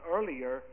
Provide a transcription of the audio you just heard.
Earlier